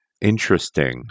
Interesting